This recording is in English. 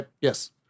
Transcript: yes